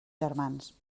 germans